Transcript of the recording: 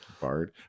Bard